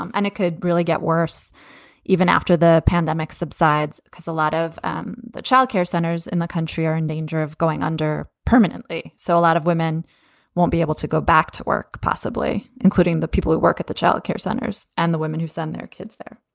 um and it could really get worse even after the pandemic subsides, because a lot of um the child care centers in the country are in danger of going under permanently. so a lot of women won't be able to go back to work, possibly including the people who work at the child care centers and the women who send their kids there.